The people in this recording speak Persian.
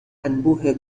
انبوه